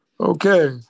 Okay